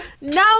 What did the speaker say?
No